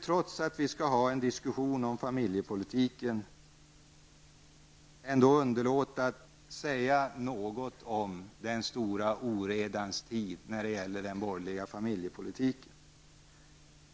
Trots att vi skall ha en diskussion om familjepolitiken kan jag inte underlåta att säga något om den stora oredans tid när det gäller den borgerliga familjepolitiken.